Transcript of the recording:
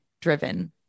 driven